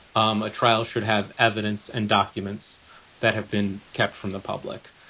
um a trial should have evidence and documents that have been kept from the public.